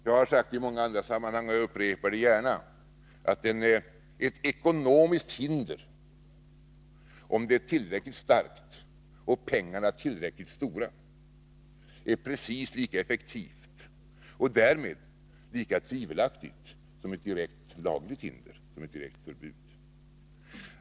Jag har i många andra sammanhang sagt — och jag upprepar det gärna — att ett ekonomiskt hinder, om det är tillräckligt starkt och pengarna tillräckligt stora, är precis lika effektivt och därmed lika tvivelaktigt som ett lagligt hinder, ett direkt förbud.